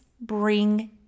bring